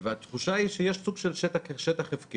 והתחושה היא שיש סוג של שטח הפקר.